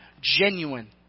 genuine